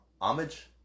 homage